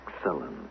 Excellent